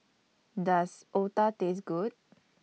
Does Otah Taste Good